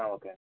okay అండి